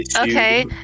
okay